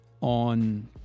on